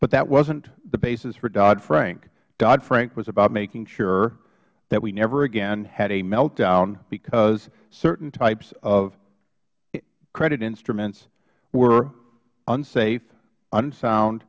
but that wasn't the basis for doddfrank doddfrank was about making sure that we never again had a meltdown because certain types of credit instruments were unsafe unsound